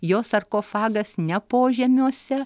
jo sarkofagas ne požemiuose